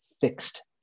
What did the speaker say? fixed